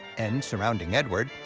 and, surrounding edward,